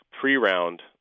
pre-round